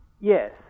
Yes